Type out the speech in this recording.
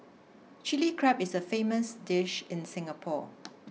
Chilli Crab is a famous dish in Singapore